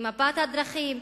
למפת הדרכים,